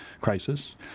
crisis